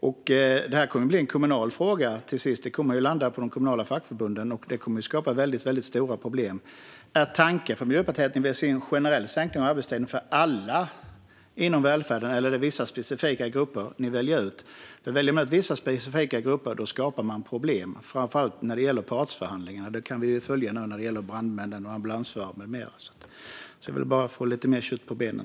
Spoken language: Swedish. Det här kommer i slutändan att bli en kommunal fråga, och den kommer att landa på de kommunala fackförbunden. Det hela kommer att skapa väldigt stora problem. Är tanken hos Miljöpartiet att ni vill se en generell sänkning av arbetstiden för alla inom välfärden, eller väljer ni ut vissa specifika grupper? Om man väljer ut vissa specifika grupper skapar man problem, framför allt när det gäller partsförhandlingarna. Det kan man se nu om man följer läget för brandmän, ambulansförare med flera. Jag ville bara få lite mer kött på benen.